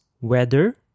weather